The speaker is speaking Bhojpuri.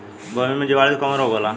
गोभी में जीवाणु से कवन रोग होला?